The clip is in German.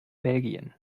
belgien